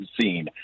scene